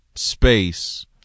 Space